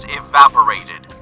evaporated